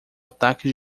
ataque